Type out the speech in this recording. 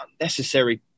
unnecessary